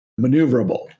maneuverable